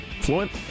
Fluent